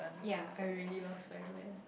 ya I really love Spiderman